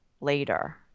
later